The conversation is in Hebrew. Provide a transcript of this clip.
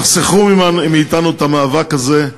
תחסכו מאתנו את המאבק הזה.